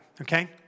okay